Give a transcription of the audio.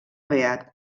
beat